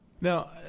Now